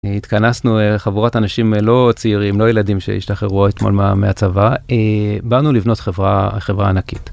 התכנסנו חבורת אנשים לא צעירים לא ילדים שהשתחררו אתמול מהצבא באנו לבנות חברה, חברה ענקית.